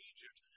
Egypt